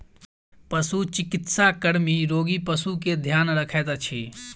पशुचिकित्सा कर्मी रोगी पशु के ध्यान रखैत अछि